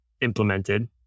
implemented